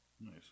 Nice